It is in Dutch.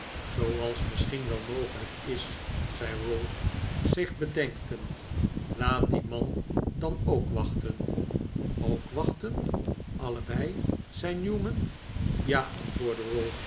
zooals misschien wel mogelijk is zei ralph zich bedenkend laat dieri man dan ook wachten ook wachten allebei zei newman ja antwoordde